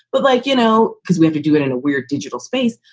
but like, you know, because we have to do it in a weird digital space.